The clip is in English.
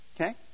Okay